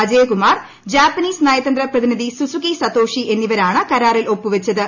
Ajayakumar Japanese നയതന്ത്ര പ്രതിനിധി Suzuki Satoshi എന്നിവരാ ണ് കരാറിൽ ഒപ്പുവച്ചത്